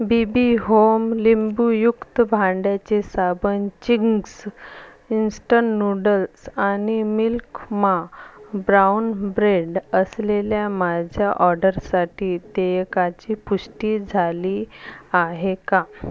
बी B home लिंबूयुक्त भांड्याचे साबण चिंग्स इन्स्टंट नूडल्स आणि मिल्क मा ब्राऊन ब्रेड असलेल्या माझ्या ऑडरसाठी देयकाची पुष्टी झाली आहे का